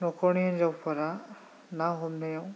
न'खरनि हिनजावफोरा ना हमनायाव